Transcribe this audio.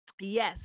yes